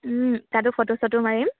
তাতো ফটো চটো মাৰিম